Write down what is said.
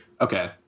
Okay